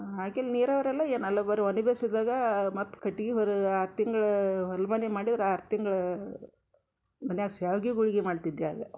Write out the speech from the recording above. ಆಕೆಲ್ ನೀರಾವರೆಲ್ಲ ಏನಲ್ಲ ಬರಿ ಒಲಿ ಬೇಸುದಾಗ ಮತ್ತು ಕಟ್ಗಿ ಹೊರು ಆರು ತಿಂಗ್ಳು ಹೊಲ ಮನೆ ಮಾಡಿದ್ರೆ ಆರು ತಿಂಗ್ಳು ಮನ್ಯಾಗ ಸ್ಯಾವ್ಗಿ ಗುಳ್ಗಿ ಮಾಡ್ತಿದ್ದೆ ಆಗ